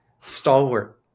stalwart